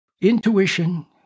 Intuition